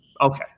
Okay